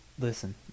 Listen